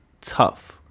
tough